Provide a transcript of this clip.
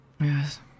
Yes